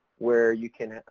where you can